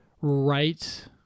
right